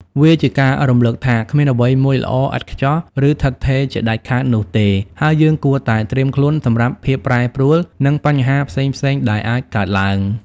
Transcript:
វាជាការរំលឹកថា គ្មានអ្វីមួយល្អឥតខ្ចោះ ឬឋិតថេរជាដាច់ខាតនោះទេ ហើយយើងគួរតែត្រៀមខ្លួនសម្រាប់ភាពប្រែប្រួល និងបញ្ហាផ្សេងៗដែលអាចកើតឡើង។